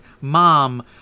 mom